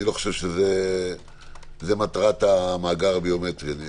אני לא חושב שזו מטרת המאגר הביומטרי.